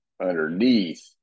underneath